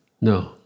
No